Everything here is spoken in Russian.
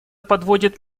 подводит